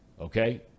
Okay